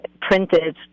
printed